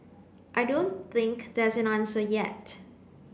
I don't think there's an answer yet